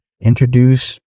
introduce